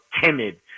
timid